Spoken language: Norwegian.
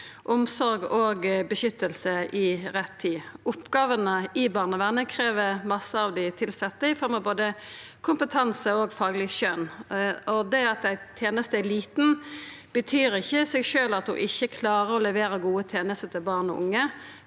omsorg og beskyttelse i rett tid. Oppgåvene i barnevernet krev masse av dei tilsette i form av både kompetanse og fagleg skjøn. Det at ei teneste er lita, betyr ikkje i seg sjølv at ho ikkje klarer å levera gode tenester til barn og unge.